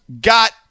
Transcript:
got